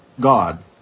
God